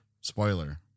Spoiler